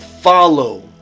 follow